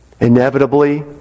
Inevitably